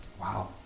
Wow